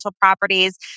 properties